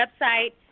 website